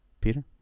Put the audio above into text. Peter